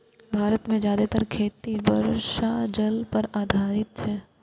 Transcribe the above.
भारत मे जादेतर खेती वर्षा जल पर आधारित छै